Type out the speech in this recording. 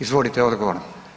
Izvolite odgovor.